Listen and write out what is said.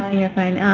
you're fine.